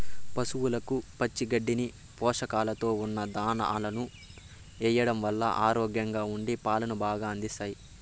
పసవులకు పచ్చి గడ్డిని, పోషకాలతో ఉన్న దానాను ఎయ్యడం వల్ల ఆరోగ్యంగా ఉండి పాలను బాగా అందిస్తాయి